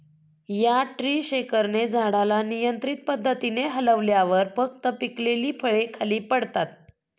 या ट्री शेकरने झाडाला नियंत्रित पद्धतीने हलवल्यावर फक्त पिकलेली फळे खाली पडतात